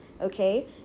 okay